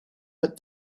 but